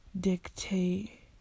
dictate